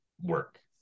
work